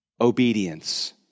obedience